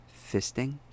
fisting